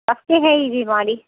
कब से है यह बीमारी